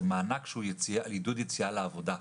זה מענק שהוא לעידוד יציאה לעבודה.